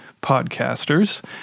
podcasters